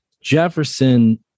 Jefferson